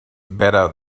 better